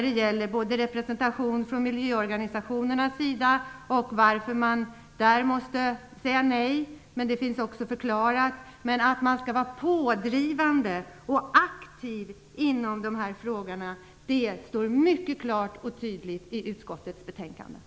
Det gäller både representation från miljöorganisationernas sida och varför de måste säga nej. Det finns också förklarat. Det står också mycket klart i utskottets betänkande att man skall vara pådrivande och aktiv i dessa frågor.